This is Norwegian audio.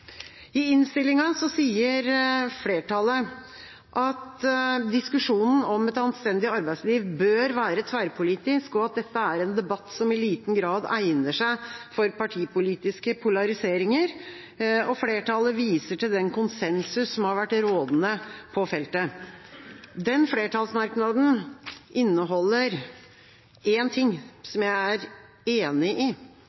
I innstillinga sier flertallet at diskusjonen om et anstendig arbeidsliv bør være tverrpolitisk, og at dette er en debatt som i liten grad egner seg for partipolitiske polariseringer. Flertallet viser til den konsensus som har vært rådende på feltet. Den flertallsmerknaden inneholder én ting